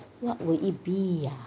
what would it be ah